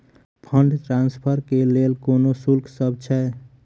Fund transfer केँ लेल कोनो शुल्कसभ छै?